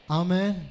amen